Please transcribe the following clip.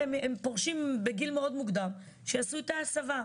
הרי הם פורשים בגיל מאוד מוקדם, שיעשו את ההסבה.